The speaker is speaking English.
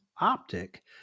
Optic